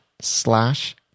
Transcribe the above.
slash